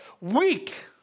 weak